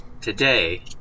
today